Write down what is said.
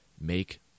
Make